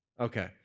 Okay